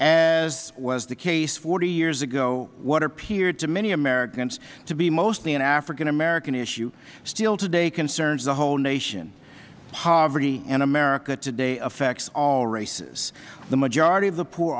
as was the case forty years ago what appeared to many americans to be mostly an african american issue still today concerns the whole nation poverty in america today affects all races the majority of the poor